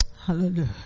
Hallelujah